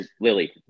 Lily